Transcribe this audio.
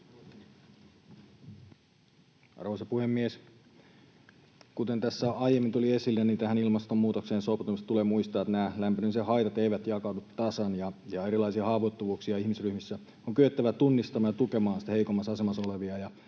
Arvoisa puhemies! Kuten tässä aiemmin tuli esille, ilmastonmuutokseen sopeutumisessa tulee muistaa, että nämä lämpenemisen haitat eivät jakaudu tasan ja on erilaisia haavoittuvuuksia ihmisryhmissä. On kyettävä tunnistamaan ja tukemaan heikommassa asemassa olevia,